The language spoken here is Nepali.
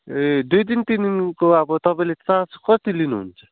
ए दुई दिन तिन दिनको अब तपाईँले चार्ज कति लिनुहुन्छ